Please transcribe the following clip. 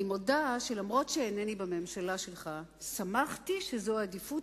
אני מודה שאף-על-פי שאינני בממשלה שלך שמחתי שזו העדיפות